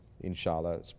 inshallah